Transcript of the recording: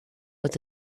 with